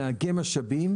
לאגם משאבים,